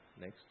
next